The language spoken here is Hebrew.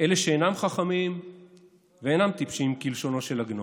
אלה שאינם חכמים ואינם טיפשים, כלשונו של עגנון.